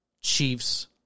Chiefs